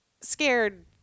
scared